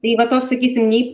tai va tos sakysim nei